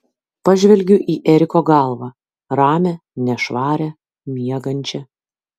pažvelgiu į eriko galvą ramią nešvarią miegančią